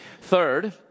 Third